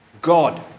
God